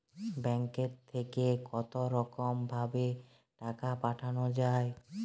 ব্যাঙ্কের থেকে কতরকম ভাবে টাকা পাঠানো য়ায়?